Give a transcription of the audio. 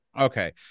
okay